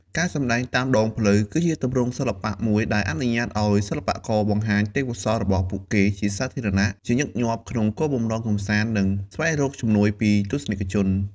ការសម្ដែងតាមដងផ្លូវ គឺជាទម្រង់សិល្បៈមួយដែលអនុញ្ញាតឱ្យសិល្បករបង្ហាញទេពកោសល្យរបស់ពួកគេជាសាធារណៈ ជាញឹកញាប់ក្នុងគោលបំណងកម្សាន្ត និងស្វែងរកជំនួយពីទស្សនិកជន។